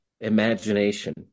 imagination